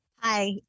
Hi